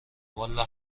والا